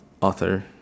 author